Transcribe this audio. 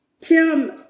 Tim